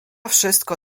wszystko